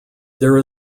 there